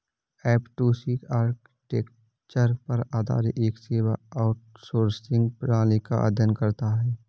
F two C architecture पर आधारित एक सेवा आउटसोर्सिंग प्रणाली का अध्ययन करता है